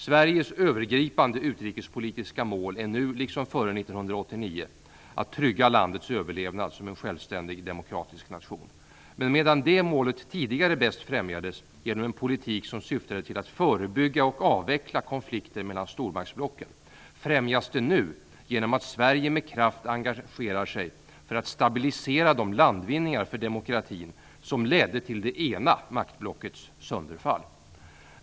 Sveriges övergripande utrikespolitiska mål är nu liksom före 1989 att trygga landets överlevnad som en självständig demokratisk nation. Men medan det målet tidigare bäst främjades genom en politik som syftade till att förebygga och avveckla konflikter mellan stormaktsblocken främjas det nu genom att Sverige med kraft engagerar sig för att stabilisera de landvinningar för demokratin som ledde till det ena maktblockets sönderfall.